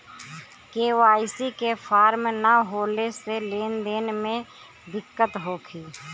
KYC के form न होले से लेन देन में दिक्कत होखी?